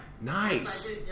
Nice